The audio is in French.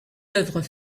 œuvres